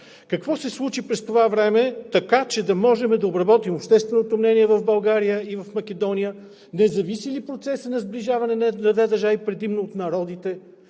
Какво се случи през това време, така че да можем да обработим общественото мнение в България и в Македония, не зависи ли процеса на сближаване на две държави предимно от народите?